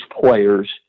players